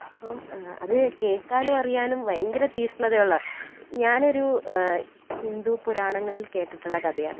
അപ്പം അത് കേൾക്കാനും അറിയാനും ഭയങ്കര തീക്ഷ്ണതയുള്ള ഞാനൊരു ഹിന്ദു പുരാണങ്ങളിൽ കേട്ടിട്ടുള്ള കഥയാണ്